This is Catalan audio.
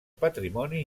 patrimoni